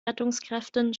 rettungskräften